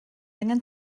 angen